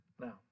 Now